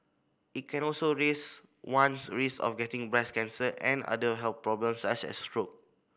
it can also raise one's risk of getting breast cancer and other health problems such as stroke